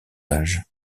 âge